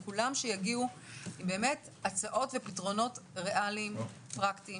כולם שיגיעו עם הצעות ופתרונות ריאליים ופרקטיים